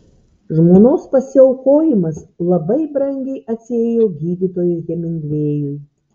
žmonos pasiaukojimas labai brangiai atsiėjo gydytojui hemingvėjui